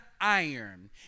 iron